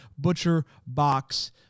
ButcherBox